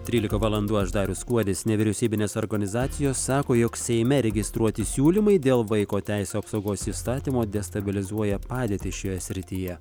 trylika valandų aš darius kuodis nevyriausybinės organizacijos sako jog seime registruoti siūlymai dėl vaiko teisių apsaugos įstatymo destabilizuoja padėtį šioje srityje